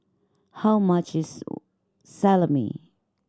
how much is Salami